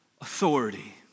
authority